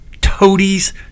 toadies